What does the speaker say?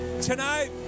tonight